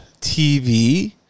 TV